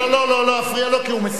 לא, לא, לא להפריע לו, כי הוא מסיים.